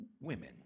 women